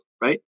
right